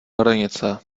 hranice